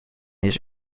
his